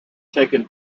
taken